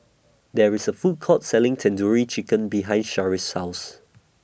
There IS A Food Court Selling Tandoori Chicken behind Sharif's House